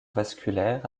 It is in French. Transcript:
vasculaire